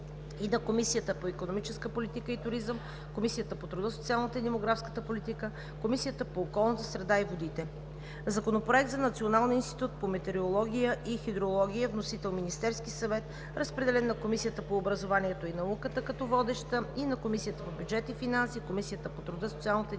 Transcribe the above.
и на Комисията по икономическа политика и туризъм, Комисията по труда, социалната и демографската политика, Комисията по околната среда и водите. Законопроект за Националния институт по метеорология и хидрология. Вносител е Министерският съвет. Разпределен е на Комисията по образованието и науката като водеща и на Комисията по бюджет и финанси, Комисията по труда, социалната и демографската